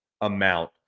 amount